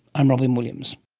i'm robyn williams